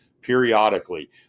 periodically